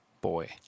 boy